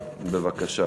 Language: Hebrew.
בבקשה.